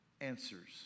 answers